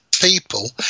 people